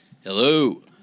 Hello